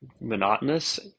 monotonous